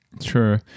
True